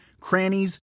crannies